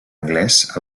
anglès